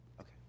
Okay